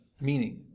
meaning